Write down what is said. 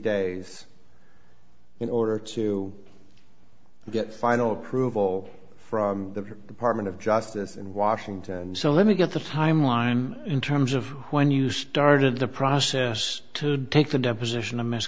days in order to get final approval from the department of justice in washington so let me get the timeline in terms of when you started the process to take the deposition